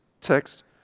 text